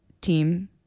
team